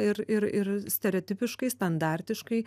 ir ir ir stereotipiškai standartiškai